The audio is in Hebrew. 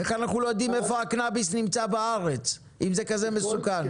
איך אנחנו לא יודעים איפה הקנאביס נמצא בארץ אם זה כזה מסוכן?